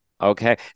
Okay